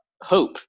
hope